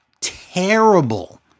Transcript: terrible